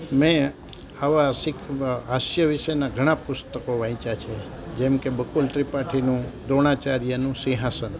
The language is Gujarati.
મેં આવા શીખ હાસ્ય વિશેના ઘણા પુસ્તકો વાંચ્યા છે જેમકે બકુલ ત્રિપાઠીનું દ્રોણાચાર્યનું સિંહાસન